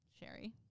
Sherry